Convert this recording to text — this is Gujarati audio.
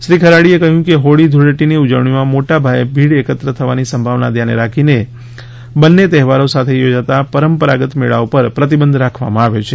શ્રી ખરાડીએ કહ્યું છે કે હોળી ધુળેટીની ઉજવણીમાં મોટા પાયે ભીડ એકત્ર થવાની સંભાવના ધ્યાને રાખીને બંને તહેવારો સાથે યોજાતા પરંપરાગત મેળાઓ પર પ્રતિબંધ રાખવામાં આવ્યો છે